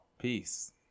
peace